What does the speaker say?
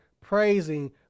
praising